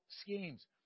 schemes